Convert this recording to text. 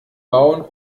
bauen